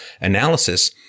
analysis